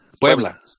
Puebla